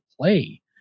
play